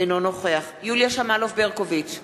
אינו נוכח יוליה שמאלוב-ברקוביץ,